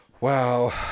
Wow